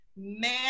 Man